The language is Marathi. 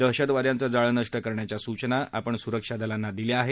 दहशतवाद्यांचं जाळं नष्ट करण्याच्या सूचना सुरक्षा दलांना दिल्या आहेत